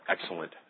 excellent